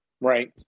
Right